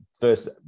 first